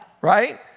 Right